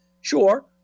sure